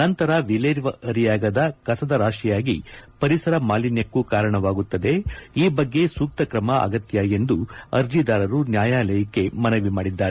ನಂತರ ವಿಲೇವಾರಿಯಾಗದ ಕಸದ ರಾಶಿಯಾಗಿ ಪರಿಸರ ಮಾಲಿನ್ಯಕ್ಕೂ ಕಾರಣವಾಗುತ್ತದೆ ಈ ಬಗ್ಗೆ ಸೂಕ್ತ ಕ್ರಮ ಅಗತ್ಯ ಎಂದು ಅರ್ಜಿದಾರರು ನ್ಯಾಯಾಲಯಕ್ಕೆ ಮನವಿ ಮಾಡಿದ್ದಾರೆ